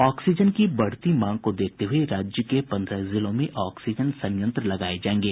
oxygen की बढ़ती मांग को देखते हुए राज्य के पंद्रह जिलों में ऑक्सीजन संयंत्र लगाए जाएंगे